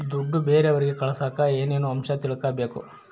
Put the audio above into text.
ದುಡ್ಡು ಬೇರೆಯವರಿಗೆ ಕಳಸಾಕ ಏನೇನು ಅಂಶ ತಿಳಕಬೇಕು?